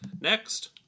Next